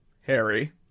Harry